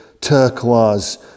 turquoise